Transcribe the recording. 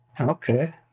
Okay